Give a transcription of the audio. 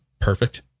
perfect